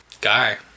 Guy